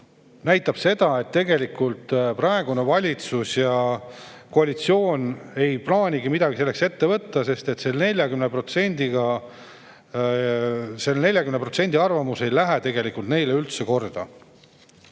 näitab seda, et tegelikult praegune valitsus ja koalitsioon ei plaanigi midagi ette võtta, sest selle 40% arvamus ei lähe neile tegelikult üldse korda.